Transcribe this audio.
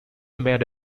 made